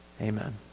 Amen